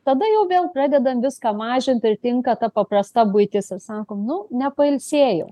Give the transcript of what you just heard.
tada jau vėl pradedam viską mažint ir tinka ta paprasta buitis ir sakom nu nepailsėjau